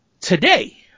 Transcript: today